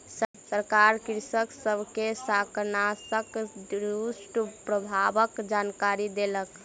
सरकार कृषक सब के शाकनाशक दुष्प्रभावक जानकरी देलक